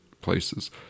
places